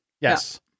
Yes